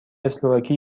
اسلواکی